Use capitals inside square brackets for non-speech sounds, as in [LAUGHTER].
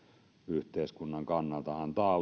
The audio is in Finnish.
yhteiskunnan kannalta antaa [UNINTELLIGIBLE]